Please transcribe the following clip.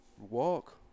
walk